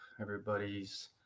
Everybody's